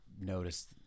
noticed